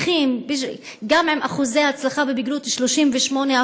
גם עם אחוזי הצלחה בבגרות 38%,